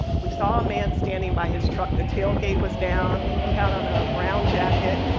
we saw a man standing by his truck. the tailgate was down. he had on a brown jacket.